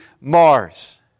Mars